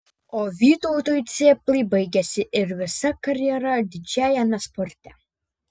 o vytautui cėplai baigėsi ir visa karjera didžiajame sporte